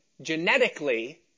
genetically